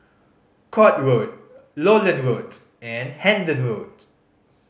Court Road Lowland Road and Hendon Road